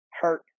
hurt